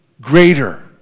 greater